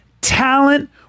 talent